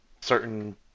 certain